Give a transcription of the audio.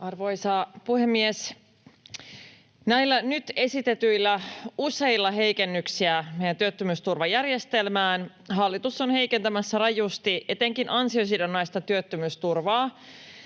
Arvoisa puhemies! Näillä nyt esitetyillä useilla heikennyksillä meidän työttömyysturvajärjestelmäämme hallitus on heikentämässä rajusti etenkin ansiosidonnaista työttömyysturvaa